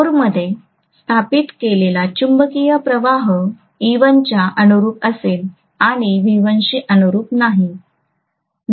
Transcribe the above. तर कोरमध्ये स्थापित केलेला चुंबकीय प्रवाह e1 च्या अनुरुप असेल आणि V1 शी अनुरूप नाही